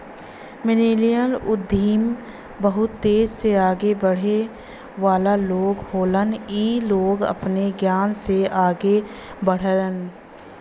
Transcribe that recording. millennial उद्यमी बहुत तेजी से आगे बढ़े वाला लोग होलन इ लोग अपने ज्ञान से आगे बढ़लन